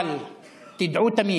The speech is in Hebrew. אבל תדעו תמיד